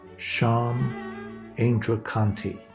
shyam um indrakanti.